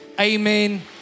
Amen